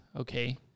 Okay